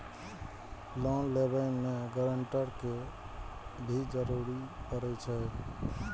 Loan लेबे में grantor के भी जरूरी परे छै?